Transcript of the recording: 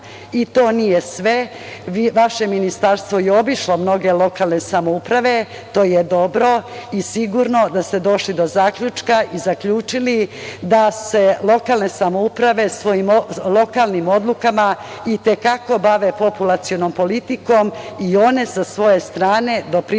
nije sve. Vaše ministarstvo je obišlo mnoge lokalne samouprave i to je dobro i sigurno da ste došli do zaključka i zaključili da se lokalne samouprave svojim lokalnim odlukama i te kako bave populacionom politikom i one sa svoje strane doprinose